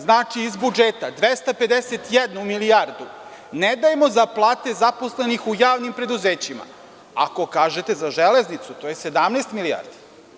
Znači, iz budžeta 251 milijardu ne dajemo za plate zaposlenih u javnim preduzećima, a ako kažete za železnicu, to je onda 17 milijardi.